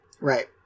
Right